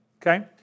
Okay